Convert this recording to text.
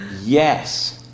Yes